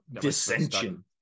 dissension